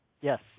Yes